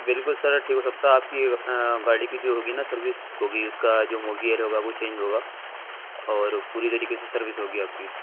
بالکل سر ٹھیک ہو سکتا آپ کی گاڑی کی جو ہوگی نا سروس ہوگی اس کا جو مو گیئر ہوگا وہ چینج ہوگا اور پوری طریقے سے سروس ہوگی آپ کی